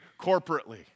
corporately